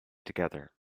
together